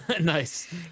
Nice